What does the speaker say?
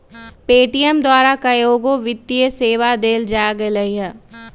Paytm द्वारा कएगो वित्तीय सेवा देल जाय लगलई ह